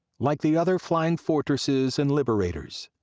like the other flying fortresses and liberators,